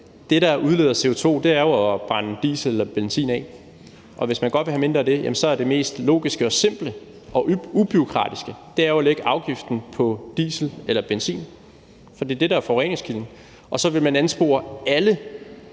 det, der udleder CO2, er jo at brænde diesel og benzin af, og hvis man godt vil have mindre af det, er det mest logiske, simple og ubureaukratiske at lægge afgiften på diesel eller benzin. For det er det, der er forureningskilden. Så ville man anspore alle